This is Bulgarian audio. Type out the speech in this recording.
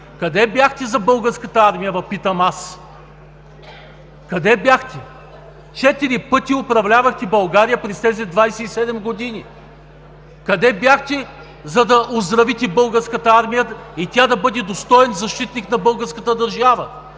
Къде бяхте за Българската армия, Ви питам аз? Къде бяхте? Четири пъти управлявахте България през тези 27 години. Къде бяхте, за да оздравите Българската армия, та тя да бъде достоен защитник на българската държава?